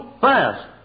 fast